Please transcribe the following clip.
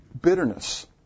Bitterness